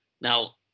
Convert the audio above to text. Now